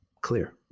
clear